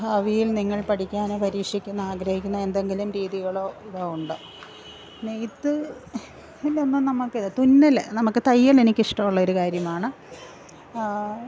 ഭാവിയിൽ നിങ്ങൾ പഠിക്കാനോ പരീഷിക്കാൻ ആഗ്രഹിക്കുന്ന എന്തെങ്കിലും രീതികളോ ഇതോ ഉണ്ടോ നെയ്ത്ത് ഇതൊന്ന് നമുക്ക് തുന്നൽ നമുക്ക് തയ്യൽ എനിക്ക് ഇഷ്ടമുള്ളൊരു കാര്യമാണ്